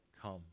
come